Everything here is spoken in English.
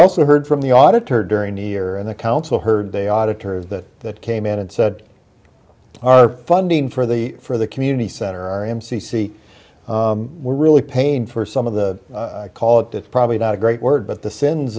also heard from the auditor during the year and the council heard they auditors that that came in and said our funding for the for the community center m c c were really pain for some of the call it it's probably not a great word but the sins